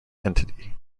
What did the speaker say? entity